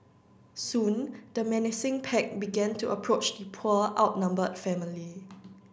soon the menacing pack began to approach the poor outnumbered family